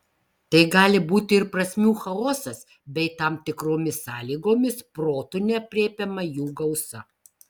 tai gali būti ir prasmių chaosas bei tam tikromis sąlygomis protu neaprėpiama jų gausa